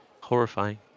horrifying